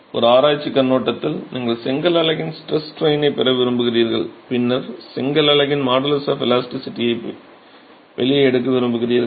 ஒரு ஆராய்ச்சிக் கண்ணோட்டத்தில் நீங்கள் செங்கல் அலகின் ஸ்ட்ரெஸ் ஸ்ட்ரைனை பெற விரும்புகிறீர்கள் பின்னர் செங்கல் அலகின் மாடுலஸ் ஆஃப் இலாஸ்டிசிட்டியை வெளியே எடுக்க விரும்புகிறீர்கள்